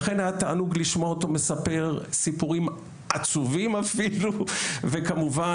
לכן היה תענוג לשמוע אותו מספר סיפורים עצובים אפילו וכמובן,